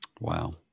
Wow